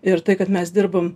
ir tai kad mes dirbam